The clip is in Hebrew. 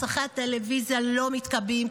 מסכי הטלוויזיה לא כבים,